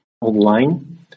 online